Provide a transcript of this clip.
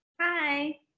Hi